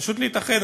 פשוט להתאחד.